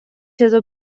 چطور